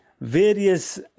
various